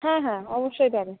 হ্যাঁ হ্যাঁ অবশ্যই যাবে